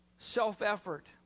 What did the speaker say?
self-effort